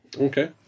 Okay